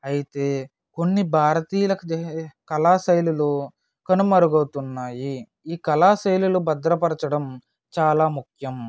అయితే కొన్ని భారతీయులకు కళాశాలలు కనుమరుగవుతున్నాయి ఈ కళాశైలులు భద్రపరచడం చాలా ముఖ్యం